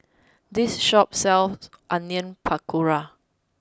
this shop sells Onion Pakora